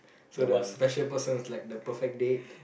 so the special person was like the perfect date